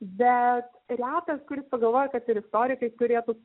bet retas kuris pagalvoja kad ir istorikai turėtų